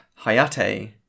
Hayate